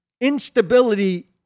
instability